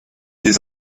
des